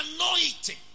Anointing